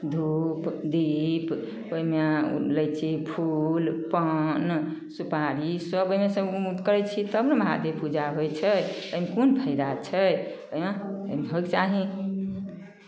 धूप दीप ओहिमे लै छी फूल पान सुपारी सभ ओहिमे सभ ओहिमे करै छी तब ने महादेव पूजा होइ छै एहिमे कोन फाइदा होइ छै एँ एहिमे होयके चाही